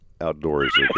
outdoors